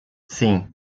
sim